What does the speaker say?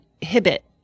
inhibit